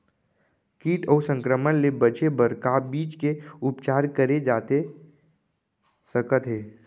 किट अऊ संक्रमण ले बचे बर का बीज के उपचार करे जाथे सकत हे?